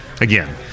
again